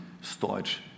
storage